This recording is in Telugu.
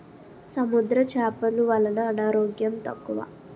సముద్ర చేపలు వలన అనారోగ్యం తక్కువ